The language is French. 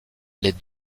les